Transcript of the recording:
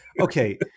Okay